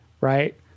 Right